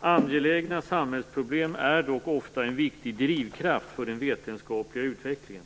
Angelägna samhällsproblem är dock ofta en viktig drivkraft för den vetenskapliga utvecklingen.